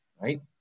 right